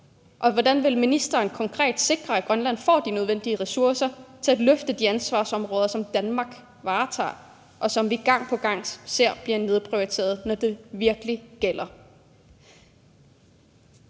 Hvordan vil ministeren konkret sikre, at Grønland får de nødvendige ressourcer til at løfte de ansvarsområder, som Danmark varetager, og som vi gang på gang ser bliver nedprioriteret, når det virkelig gælder?